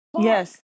Yes